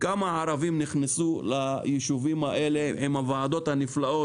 כמה ערבים נכנסו ליישובים האלה עם הוועדות הנפלאות,